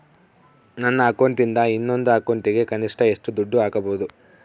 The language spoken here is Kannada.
ನನ್ನ ಅಕೌಂಟಿಂದ ಇನ್ನೊಂದು ಅಕೌಂಟಿಗೆ ಕನಿಷ್ಟ ಎಷ್ಟು ದುಡ್ಡು ಹಾಕಬಹುದು?